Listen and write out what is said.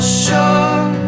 sure